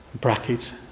Brackets